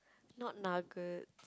not nugget